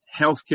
healthcare